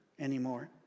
anymore